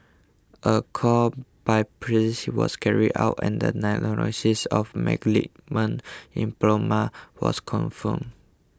a core biopsy was carried out and the of lymphoma was confirmed